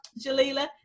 Jalila